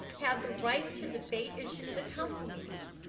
have the right to debate issues at council meetings.